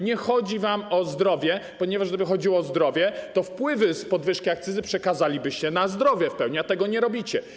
Nie chodzi wam o zdrowie, ponieważ gdyby chodziło o zdrowie, to wpływy z podwyżki akcyzy przekazalibyście w pełni na zdrowie, a tego nie robicie.